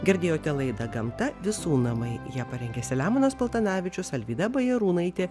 girdėjote laidą gamta visų namai ją parengė selemonas paltanavičius alvyda bajarūnaitė